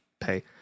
pay